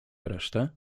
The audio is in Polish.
resztę